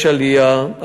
יש עלייה,